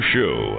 Show